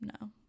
no